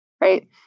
right